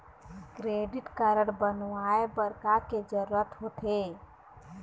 Credit card बनवाए बर का के जरूरत होते?